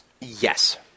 Yes